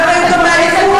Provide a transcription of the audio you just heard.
אגב, היו גם מהליכוד.